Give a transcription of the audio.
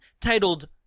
titled